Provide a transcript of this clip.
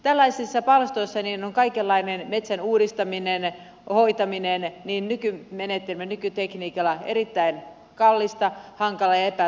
tällaisissa palstoissa on kaikenlainen metsän uudistaminen ja hoitaminen nykytekniikalla erittäin kallista hankalaa ja epätaloudellista